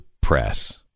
press